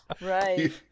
Right